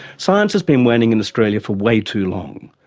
science has been waning in australia for way too long.